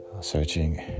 searching